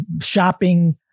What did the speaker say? shopping